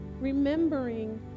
remembering